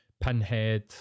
Pinhead